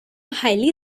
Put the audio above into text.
highly